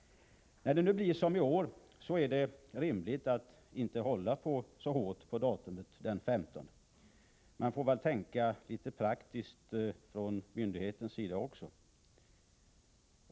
Som förhållandena är i år är det inte rimligt att hårt hålla fast vid tidsgränsen den 15 februari. Också myndigheterna får väl vara litet praktiska.